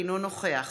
אינו נוכח